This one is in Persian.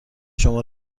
شما